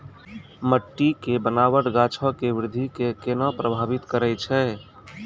मट्टी के बनावट गाछो के वृद्धि के केना प्रभावित करै छै?